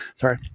Sorry